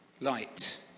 light